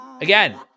Again